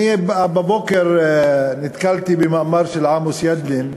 בבוקר נתקלתי במאמר של עמוס ידלין,